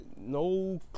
No